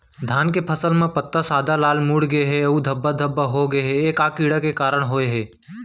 धान के फसल म पत्ता सादा, लाल, मुड़ गे हे अऊ धब्बा धब्बा होगे हे, ए का कीड़ा के कारण होय हे?